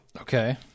Okay